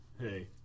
hey